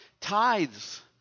tithes